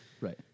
Right